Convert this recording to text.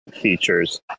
features